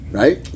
right